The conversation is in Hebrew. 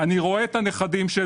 אני רואה את נכדיי,